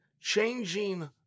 changing